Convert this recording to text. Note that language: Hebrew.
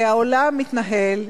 והעולם מתנהל,